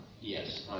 Yes